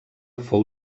fou